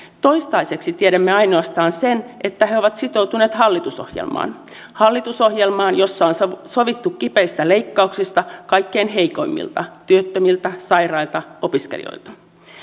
toistaiseksi tiedämme ainoastaan sen että he ovat sitoutuneet hallitusohjelmaan hallitusohjelmaan jossa on sovittu kipeistä leikkauksista kaikkein heikoimmilta työttömiltä sairailta opiskelijoilta